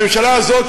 הממשלה הזאת,